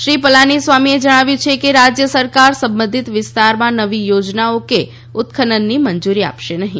શ્રી પલાનીસ્વામીએ જણાવ્યું છે કે રાજ્ય સરકાર સંબંધીત વિસ્તારમાં નવી યોજનાઓ કે ઉત્ખનનની મંજુરી આપશે નહીં